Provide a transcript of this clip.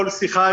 כל שיחה,